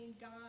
god